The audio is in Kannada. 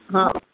ಹಾಂ